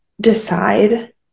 decide